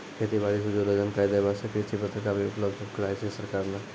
खेती बारी सॅ जुड़लो जानकारी दै वास्तॅ कृषि पत्रिका भी उपलब्ध कराय छै सरकार नॅ